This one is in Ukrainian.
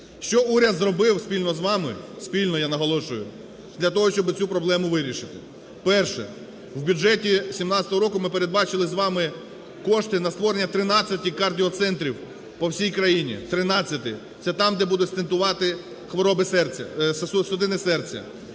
Що уряд зробив спільно з вами, спільно, я наголошую, для того, щоб цю проблему вирішити? Перше, в бюджеті 2017 року ми передбачили з вами кошти на створення 13 кардіоцентрів по всій країні, 13-ти. Це там, де буде стентувати хвороби судин серця.